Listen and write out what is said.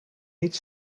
niet